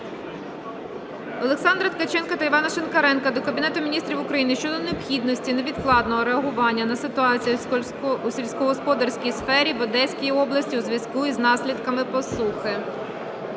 Олександра Ткаченка та Івана Шинкаренка до Кабінету Міністрів України щодо необхідності невідкладного реагування на ситуацію у сільськогосподарській сфері в Одеській області у зв'язку із наслідками посухи.